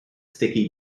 sticky